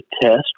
test